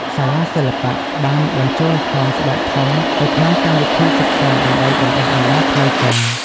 សាលាសិល្បៈ បានបញ្ចូលល្ខោនស្បែកធំទៅក្នុងកម្មវិធីសិក្សាដើម្បីបណ្តុះបណ្តាលផ្លូវការ។